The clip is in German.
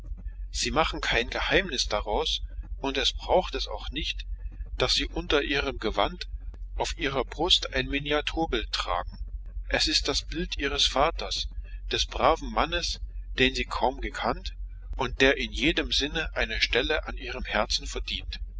sie machen kein geheimnis daraus und es braucht es auch nicht daß sie unter ihrem gewand auf ihrer brust ein miniaturbild tragen es ist das bild ihres vaters des braven mannes den sie kaum gekannt und der in jedem sinne eine stelle an ihrem herzen verdient